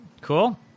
Cool